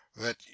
that